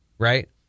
Right